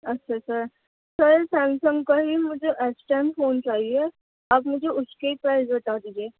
اچھا sir sir Samsung کا ہی مجھے ایس ون کا فون چاہیے اب مجھے اس کے پرائس بتا دیجیے